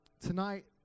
Tonight